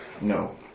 No